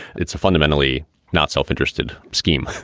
it's a fundamentally not self-interested scheme